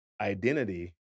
identity